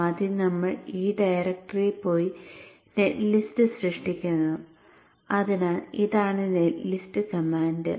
ആദ്യം നമ്മൾ ആ ഡയറക്ടറിയിൽ പോയി നെറ്റ് ലിസ്റ്റ് സൃഷ്ടിക്കുന്നു അതിനാൽ ഇതാണ് നെറ്റ് ലിസ്റ്റ് കമാൻഡ്